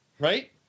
Right